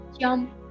jump